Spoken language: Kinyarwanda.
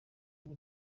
ubu